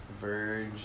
verge